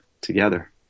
together